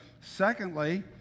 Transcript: secondly